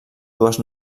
dues